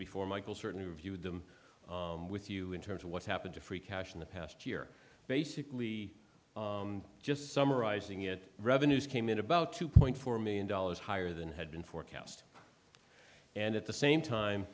before michael certainly reviewed them with you in terms of what happened to free cash in the past year basically just summarizing it revenues came in about two point four million dollars higher than had been forecast and at the same time